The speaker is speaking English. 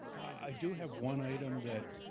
i do have one item that